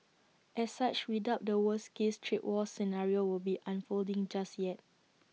as such we doubt the worst case trade war scenario will be unfolding just yet